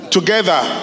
Together